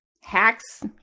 hacks